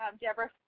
Deborah